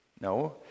no